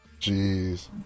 Jeez